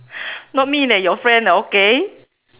not me leh your friend ah okay